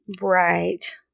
Right